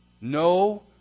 No